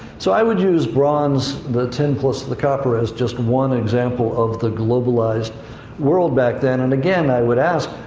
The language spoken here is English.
so, i would use bronze, the tin plus the copper, as just one example of the globalized world back then. and, again, i would ask,